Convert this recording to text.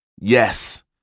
Yes